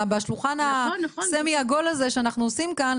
בשולחן הסמי עגול הזה שאנחנו עושים כאן,